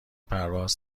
پرواز